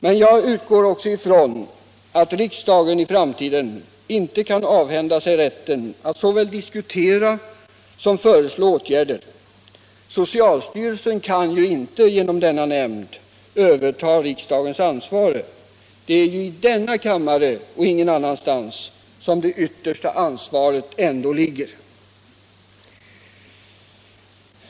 Men jag utgår också ifrån att riksdagen i framtiden inte kan avhända sig rätten att såväl diskutera som föreslå åtgärder. Socialstyrelsen kan ju inte genom sin nämnd överta riksdagens ansvar. Det är i denna kammare och ingen annanstans som det yttersta ansvaret ändå ligger.